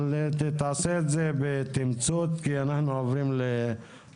אבל תעשה את זה בתמצות כי אנחנו עוברים להקראה,